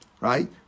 right